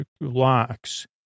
locks